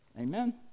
amen